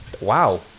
wow